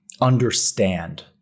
understand